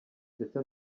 ndetse